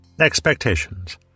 Expectations